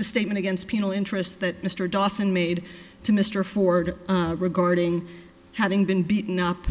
statement against penal interest that mr dawson made to mr ford regarding having been beaten up